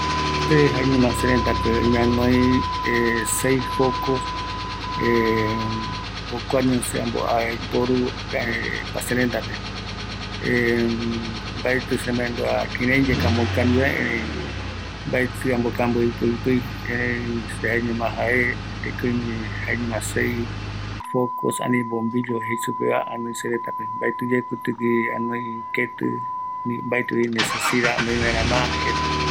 Se jaeñoma sërëtäpe oïme anoï ova focos, ëreï mbaetɨ aikua mbovɨ mako aipoepɨ reta, mbaetɨvi jeta mbate aipota, seveguara ikaviño kuareta ndive